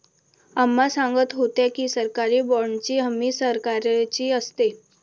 अम्मा सांगत होत्या की, सरकारी बाँडची हमी सरकारची असते